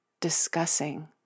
discussing